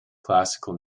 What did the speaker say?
classical